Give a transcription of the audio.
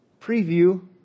preview